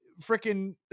freaking